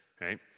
right